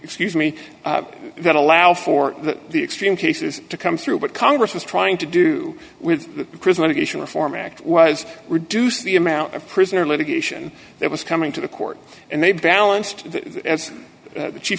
excuse me that allow for the extreme cases to come through but congress was trying to do with chris motivation reform act was reduce the amount of prisoner litigation that was coming to the court and they balanced as the chief